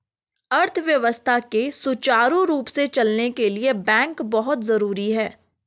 अर्थव्यवस्था के सुचारु रूप से चलने के लिए बैंक बहुत जरुरी हैं